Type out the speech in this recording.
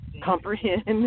comprehend